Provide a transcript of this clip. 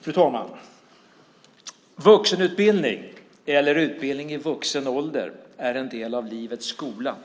Fru talman! Vuxenutbildning eller utbildning i vuxen ålder är en del av livets skola,